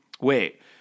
wait